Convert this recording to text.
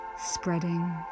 spreading